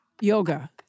yoga